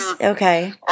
okay